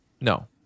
No